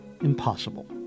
impossible